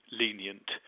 lenient